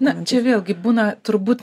na čia vėlgi būna turbūt